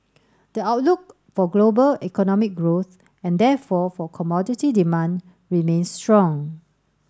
the outlook for global economic growth and therefore for commodity demand remains strong